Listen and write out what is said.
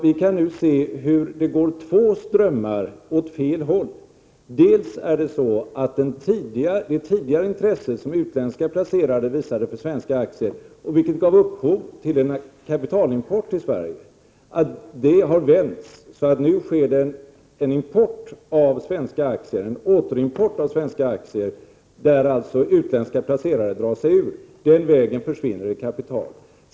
Vi kan nu se hur det går två strömmar åt fel håll. Det tidigare intresse som utländska placerare visade för svenska aktier, vilket gav upp upphov till en kapitalimport till Sverige, har nu vänts så att det sker en återimport av svenska aktier där utländska placerare drar sig ur. På den vägen försvinner det kapital.